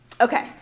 Okay